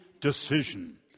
decision